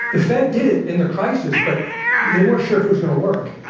the fed did it in the crisis, but they weren't sure if it was going to work